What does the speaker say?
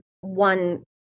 one